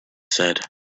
said